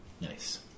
Nice